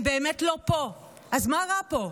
הם באמת לא פה, אז מה רע פה?